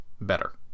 better